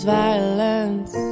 violence